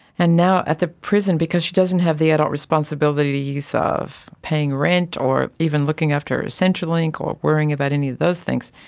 and now at the prison, because she doesn't have the adult responsibilities of paying rent or even looking after her centrelink or worrying about any of those things,